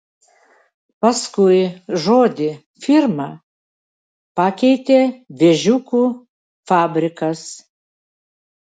paskui žodį firma pakeitė vėžiukų fabrikas